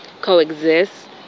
coexist